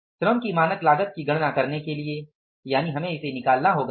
और श्रम की मानक लागत की गणना करने के लिए यानि हमें इसे निकालना होगा